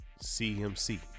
CMC